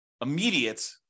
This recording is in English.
immediate